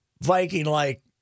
Viking-like